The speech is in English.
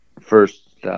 first